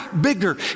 bigger